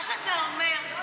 מה שאתה אומר,